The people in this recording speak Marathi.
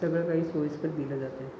सगळं काही सोयीस्कर दिलं जातंय